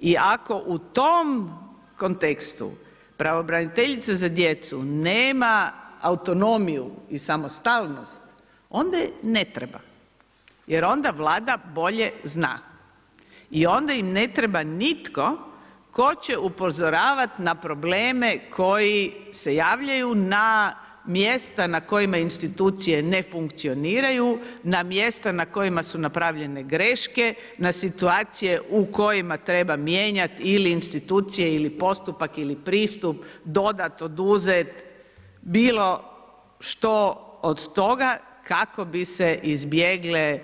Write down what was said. I ako u tom kontekstu pravobraniteljica za djecu nema autonomiju i samostalnost onda je ne treba jer onda Vlada bolje zna i onda im ne treba nitko tko će upozoravati na probleme koji se javljaju na mjesta na kojima institucije ne funkcioniraju, na mjestima na kojima su napravljene greške, na situacije u kojima treba mijenjati ili institucije ili postupak ili pristup, dodat, oduzet, bilo što od toga kako bi se izbjegle